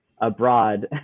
abroad